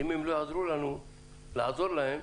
אם הם לא יעזרו לנו לעזור להם,